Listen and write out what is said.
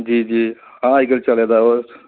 जी जी अजकल चलै दा ऐ